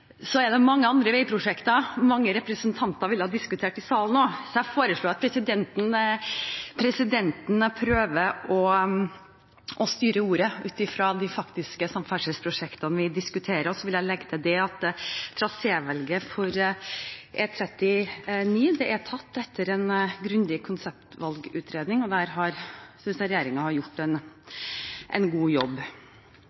så jeg foreslår at presidenten prøver å styre ordet ut fra de faktiske samferdselsprosjektene vi diskuterer. Så vil jeg legge til at trasévalget for E39 er tatt etter en grundig konseptvalgutredning, og der synes jeg regjeringen har gjort en god jobb.